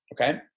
okay